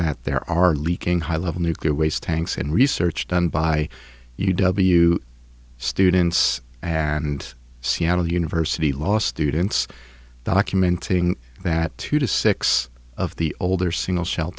that there are leaking high level nuclear waste tanks and research done by u w students and seattle university law students documenting that two to six of the older single shell